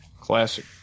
Classic